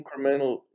incremental